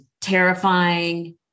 terrifying